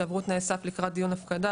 שעברו תנאי סף לקראת דיון הפקדה.